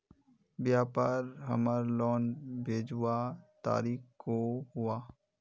व्यापार हमार लोन भेजुआ तारीख को हुआ?